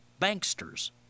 banksters